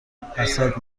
حسرت